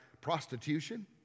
prostitution